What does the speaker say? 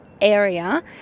area